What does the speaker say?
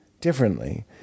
differently